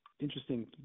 interesting